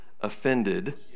offended